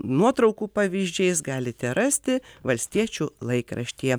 nuotraukų pavyzdžiais galite rasti valstiečių laikraštyje